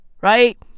Right